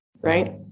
right